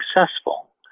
successful